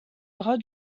bras